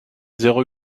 zéro